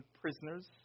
prisoners